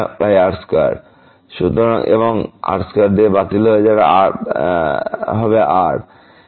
এবং তারপর এই r2 এই দিয়ে বাতিল করা হবে r এখানে